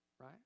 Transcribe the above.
right